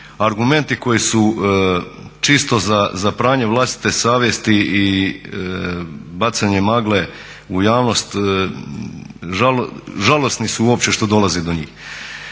argumenti koji su čisto za pranje vlastite savjesti i bacanje magle u javnost, žalosni su uopće što dolazi do njih.